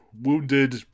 wounded